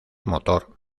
motor